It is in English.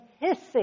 hissing